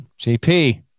JP